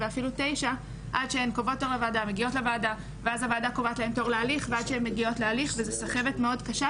ועד האישה שמגיעה לעשות את ההפלה הרביעית